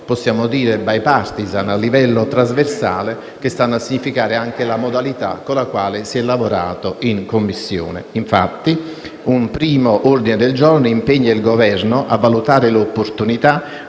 possiamo definire *bipartisan* e trasversali che stanno a significare anche la modalità con la quale si è lavorato in Commissione. Infatti, un primo ordine del giorno impegna il Governo a valutare l'opportunità